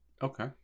Okay